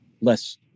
less